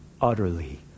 utterly